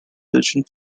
epsilon